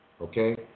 okay